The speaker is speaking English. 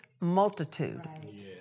multitude